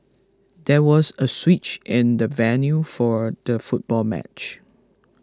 there was a switch in the venue for the football match